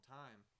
time